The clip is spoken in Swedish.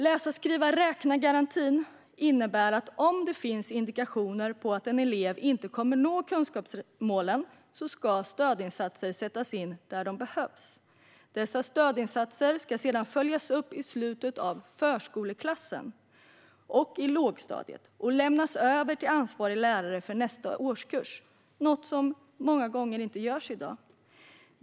Läsa-skriva-räkna-garantin innebär att om det finns indikationer på att en elev inte kommer att nå kunskapsmålen ska stödinsatser sättas in där de behövs. Dessa stödinsatser ska sedan följas upp i slutet av förskoleklassen och i lågstadiet och lämnas över till ansvarig lärare i nästa årskurs, något som många gånger inte görs i dag.